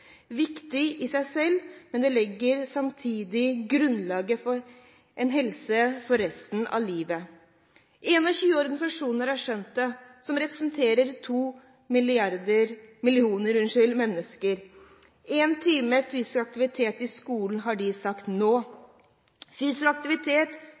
viktig i seg selv, men det legger samtidig grunnlaget for en helse for resten av livet. 21 organisasjoner, som representerer to millioner mennesker, har skjønt det. De har sagt at de vil ha en time fysisk aktivitet i skolen